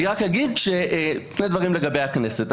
אני רק אגיד שני דברים לגבי הכנסת.